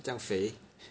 这样肥